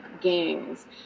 gangs